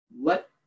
let